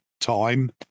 time